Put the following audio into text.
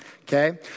okay